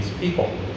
people